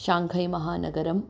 शाङ्घैमहानगरम्